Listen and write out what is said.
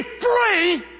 free